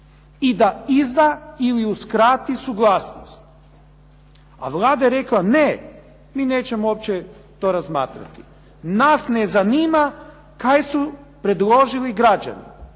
da izda ili uskrati suglasnost. A Vlada je rekla ne, mi nećemo uopće to razmatrati. Nas ne zanima kaj su predložili građani,